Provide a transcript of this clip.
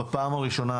בפעם הראשונה,